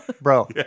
bro